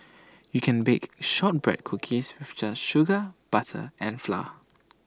you can bake Shortbread Cookies just sugar butter and flour